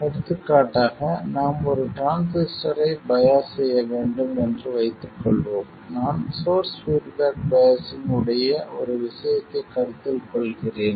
எடுத்துக்காட்டாக நாம் ஒரு டிரான்சிஸ்டரைச் பையாஸ் செய்ய வேண்டும் என்று வைத்துக் கொள்வோம் நான் சோர்ஸ் பீட்பேக் பையாஸ்சிங் உடைய ஒரு விஷயத்தைக் கருத்தில் கொள்கிறேன்